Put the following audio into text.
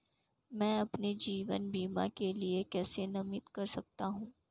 मैं अपने जीवन बीमा के लिए किसे नामित कर सकता हूं?